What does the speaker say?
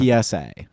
PSA